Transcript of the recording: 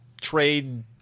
trade